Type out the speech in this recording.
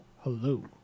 Hello